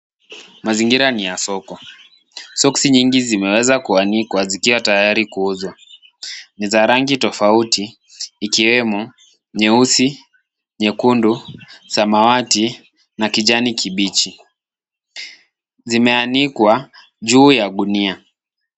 Mazingira ni ya soko. Soksi nyingi zimeweza kuanikwa zikiwa tayari kuuzwa. Ni za rangi tofauti ikiwemo nyeusi, nyekundu, samawati na kijani kibichi. Zimeanikwa juu ya gunia.